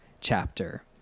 chapter